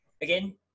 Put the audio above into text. Again